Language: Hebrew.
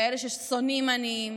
כאלה ששונאים עניים,